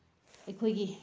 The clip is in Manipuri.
ꯑꯩꯈꯣꯏꯒꯤ